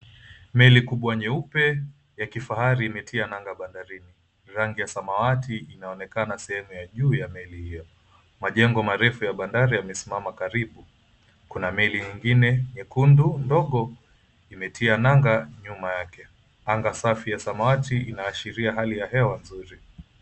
Meli kubwa nyeupe ya kifahari imetia nanga bandarini. Rangi ya samawati inaonekana sehemu ya juu ya meli hio. Majengo marefu ya bandari yamesimama karibu. Kuna meli nyingine nyekundu ndogo imetia nanga nyuma yake. Anga safi ya samawati inaashiria hewa ya anga nzuri.